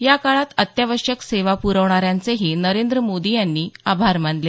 या काळात अत्यावश्यक सेवा प्रखणाऱ्यांचेही नरेंद्र मोदी यांनी आभार मानले